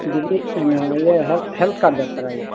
ଦିଦି health card ଦରକାର ଆଜ୍ଞା